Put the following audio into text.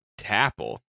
Tapple